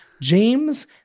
James